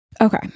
Okay